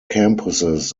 campuses